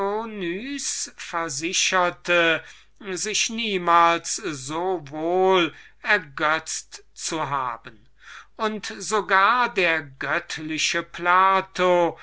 sich niemals so wohl ergötzt zu haben und der göttliche plato